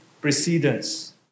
precedence